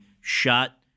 shot